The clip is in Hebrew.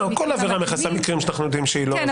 --- כל עבירה מכסה מקרים שאנחנו יודעים שהיא לא --- כן,